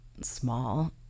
small